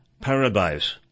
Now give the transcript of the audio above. paradise